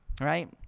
right